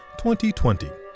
2020